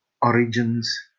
origins